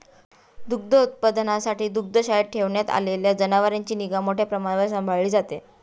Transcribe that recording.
दुग्धोत्पादनासाठी दुग्धशाळेत ठेवण्यात आलेल्या जनावरांची निगा मोठ्या प्रमाणावर सांभाळली जाते